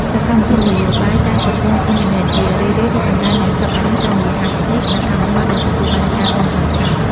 សកម្មភាពនយោបាយតាមប្រព័ន្ធអ៊ីនធឺណេតជារឿយៗរីកចម្រើនយ៉ាងឆាប់រហ័សតាមរយៈ hashtags និងការបង្ហោះដែលទទួលបានការគាំទ្រច្រើន។